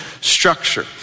structure